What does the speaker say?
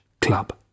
club